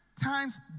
times